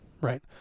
right